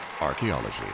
Archaeology